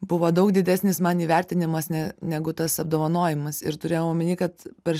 buvo daug didesnis man įvertinimas ne negu tas apdovanojimas ir turėjau omeny kad per